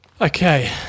Okay